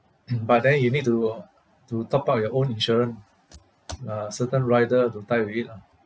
but then you need to to top up your own insurance uh certain rider to tie with it lah